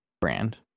brand